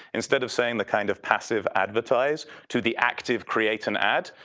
instead of saying the kind of passive advertise to the active create an ad.